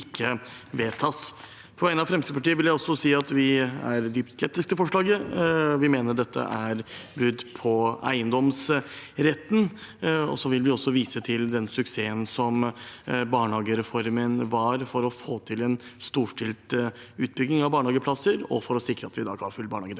På vegne av Fremskrittspartiet vil jeg også si at vi er dypt skeptiske til forslaget. Vi mener dette er brudd på eiendomsretten. Vi vil også vise til den suksessen som barnehagereformen var for å få til en storstilt utbygging av barnehageplasser og for å sikre at vi i dag har full barnehagedekning